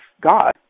God